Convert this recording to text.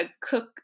cook